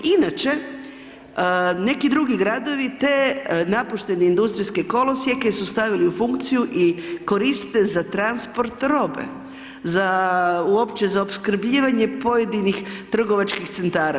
Inače, neki drugi gradovi te napuštene industrijske kolosijeke su stavili u funkciju i koriste za transport robe, za uopće za opskrbljivanje pojedinih trgovačkih centara.